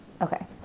Okay